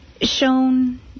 shown